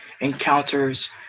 encounters